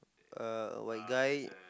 uh white guy